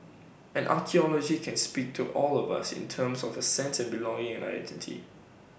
and archaeology can speak to all of us in terms of A sense of belonging and identity